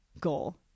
goal